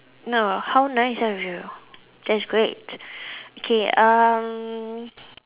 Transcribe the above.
no how nice of you that's great okay um